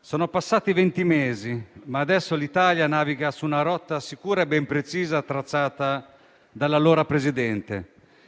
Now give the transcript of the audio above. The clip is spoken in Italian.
Sono passati venti mesi, ma adesso l'Italia naviga su una rotta sicura e ben precisa tracciata dall'allora Presidente.